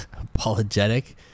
Apologetic